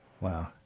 Wow